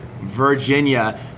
Virginia